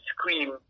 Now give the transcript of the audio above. scream